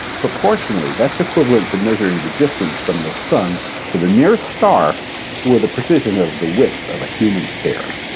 proportionally, that's equivalent to measuring the distance from the sun to the nearest star with a precision of the width of a human hair.